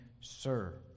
Sir